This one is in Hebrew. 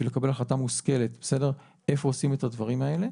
כדי לקבל החלטה מושכלת איפה עושים את הדברים האלה.